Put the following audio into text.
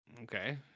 okay